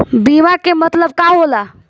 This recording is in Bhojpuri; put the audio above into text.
बीमा के मतलब का होला?